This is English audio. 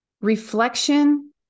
Reflection